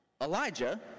Elijah